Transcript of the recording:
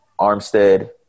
Armstead